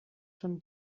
schon